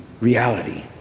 reality